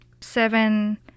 seven